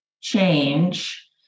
change